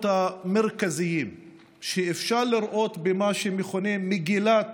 המרכזיים שאפשר לראות במה שמכונה "מגילת